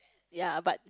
ya but